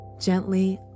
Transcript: Gently